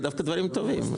אלה דווקא דברים טובים.